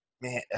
Man